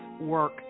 work